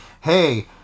hey